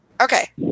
Okay